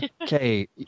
Okay